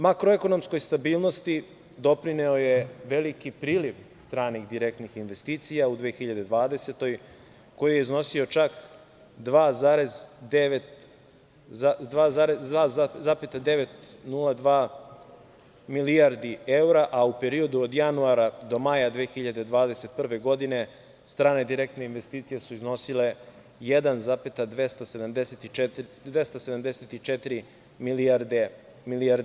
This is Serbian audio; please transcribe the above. Makroekonomskoj stabilnosti doprineo je veliki priliv stranih direktnih investicija u 2020. godini koji je iznosio čak 2,902 milijardi evra, a u periodu od januara do maja 2021. godine strane direktne investicije su iznosile 1,274 milijarde evra.